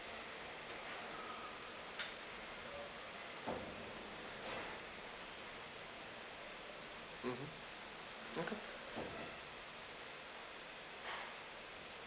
mmhmm okay